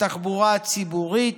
התחבורה הציבורית,